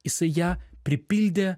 jisai ją pripildė